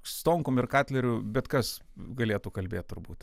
stonkum ir katleriu bet kas galėtų kalbėt turbūt